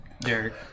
Derek